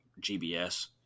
GBS